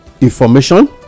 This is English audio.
information